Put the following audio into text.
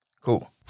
Cool